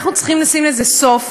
אנחנו צריכים לשים לזה סוף.